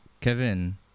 Kevin